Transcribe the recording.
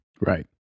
Right